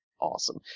awesome